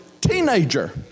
teenager